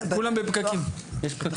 כולם בפקקים.